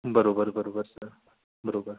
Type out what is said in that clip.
बरोबर बरोबर सर बरोबर